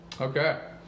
Okay